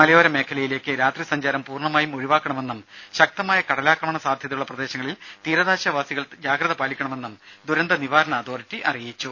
മലയോര മേഖലയിലേക്ക് രാത്രി സഞ്ചാരം പൂർണ്ണമായും ഒഴിവാക്കണമെന്നും ശക്തമായ കടലാക്രമണ സാധ്യതയുള്ള പ്രദേശങ്ങളിൽ തീരദേശ വാസികൾ ജാഗ്രതപാലിക്കണമെന്നും ദുരന്ത നിവാരണ അതോറിറ്റി അറിയിച്ചു